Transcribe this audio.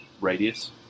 radius